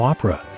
Opera